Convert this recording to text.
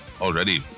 already